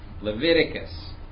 Leviticus